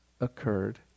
occurred